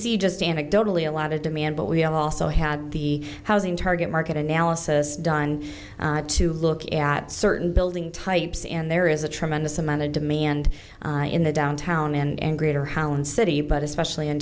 see just anecdotally a lot of demand but we have also had the housing tard market analysis done to look at certain building types and there is a tremendous amount of demand in the downtown and greater holland city but especially in